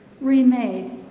remade